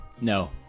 No